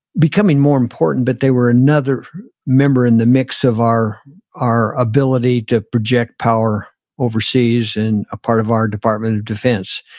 becoming more important, but they were another member in the mix of our our ability to project power overseas and a part of our department of defense.